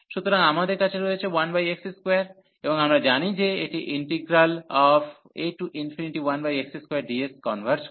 সুতরাং আমাদের কাছে রয়েছে 1x2 এবং আমরা জানি যে এটি ইন্টিগ্রাল a1x2dx কনভার্জ করে